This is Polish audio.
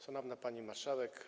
Szanowna Pani Marszałek!